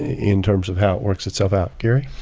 in terms of how it works itself out. gary?